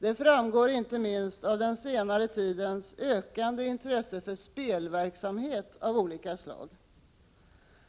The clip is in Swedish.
Det framgår inte minst av den senare tidens ökande intresse för spelverksamhet av olika slag.